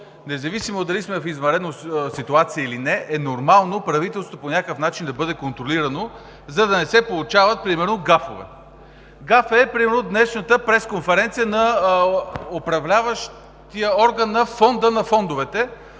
Независимо дали сме в извънредна ситуация или не, нормално е правителството по някакъв начин да бъде контролирано, за да не се получават примерно гафове. Гаф е примерно днешната пресконференция на управляващия орган на Фонда на фондовете.